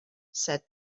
said